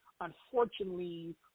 unfortunately